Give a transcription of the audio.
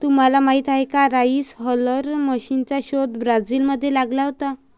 तुम्हाला माहीत आहे का राइस हलर मशीनचा शोध ब्राझील मध्ये लागला होता